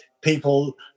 people